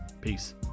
peace